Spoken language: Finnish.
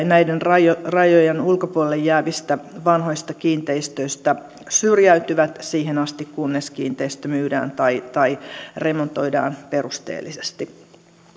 näiden rajojen rajojen ulkopuolelle jäävistä vanhoista kiinteistöistä syrjäytyvät siihen asti kunnes kiinteistö myydään tai tai remontoidaan perusteellisesti